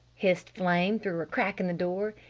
hissed flame through a crack in the door.